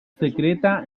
secreta